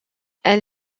elle